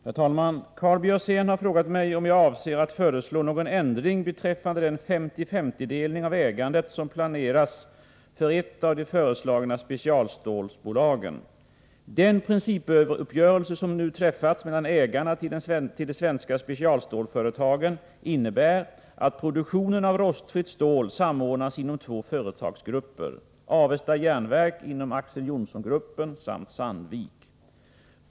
Herr talman! Karl Björzén har frågat mig om jag avser att föreslå någon ändring beträffande den 50-50-delning av ägandet som planeras för ett av de föreslagna specialstålsbolagen. Den principuppgörelse som nu träffats mellan ägarna till de svenska specialstålsföretagen innebär att produktionen av rostfritt stål samordnas inom två företagsgrupper, Avesta Jernverk inom Axel Johnson Gruppen samt Sandvik.